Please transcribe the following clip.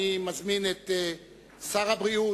אני מזמין את שר הבריאות,